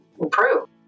improve